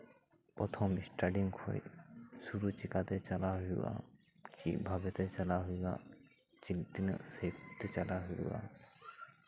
ᱯᱨᱚᱛᱷᱚᱢ ᱮᱥᱴᱟᱰᱤᱝ ᱠᱷᱚᱱ ᱵᱩᱨᱩ ᱪᱤᱠᱟᱛᱮ ᱪᱟᱞᱟᱣ ᱦᱩᱭᱩᱜᱼᱟ ᱪᱮᱜ ᱵᱷᱟᱵᱮ ᱛᱮ ᱪᱟᱞᱟᱣ ᱦᱩᱭᱩᱜᱼᱟ ᱛᱤᱱᱟᱹᱜ ᱥᱮᱜ ᱛᱮ ᱪᱟᱞᱟᱜ ᱦᱩᱭᱩᱜᱼᱟ